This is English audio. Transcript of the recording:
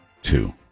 two